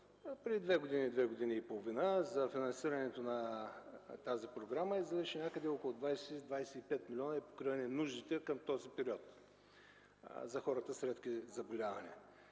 преди две години-две години и половина за финансирането на тази програма, излизаше някъде около 20 25 милиона и покриваше нуждите към този период за хората с редки заболявания.